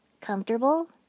Comfortable